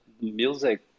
music